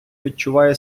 відчуває